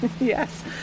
Yes